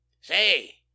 Say